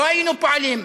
לא היינו פועלים.